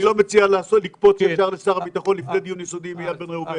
אני לא מציע לקפוץ ישר לשר הביטחון לפני דיון יסודי עם איל בן ראובן.